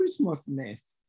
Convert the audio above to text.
Christmasness